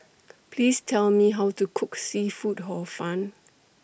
Please Tell Me How to Cook Seafood Hor Fun